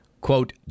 quote